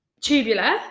tubular